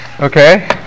okay